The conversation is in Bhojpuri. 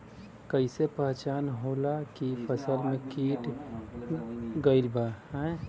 कैसे पहचान होला की फसल में कीट लग गईल बा?